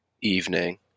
evening